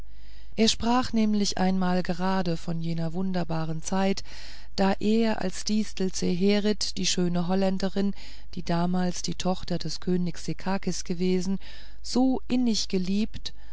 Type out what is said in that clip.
er sprach nämlich einmal gerade von jener wunderbaren zeit da er als distel zeherit die schöne holländerin die damals die tochter des königs sekakis gewesen so innig geliebt